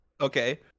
Okay